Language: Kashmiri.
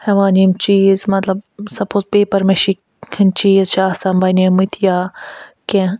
ہٮ۪وان یِم چیٖز مطلب سَپوز پٮ۪پَر میشی ہِنٛدۍ چیٖز چھِ آسان بنیمٕتۍ یا کیٚنہہ